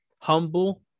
humble